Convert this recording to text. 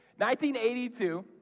1982